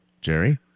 Jerry